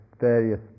various